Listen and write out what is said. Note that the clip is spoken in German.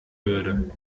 würde